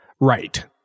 Right